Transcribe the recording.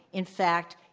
in fact,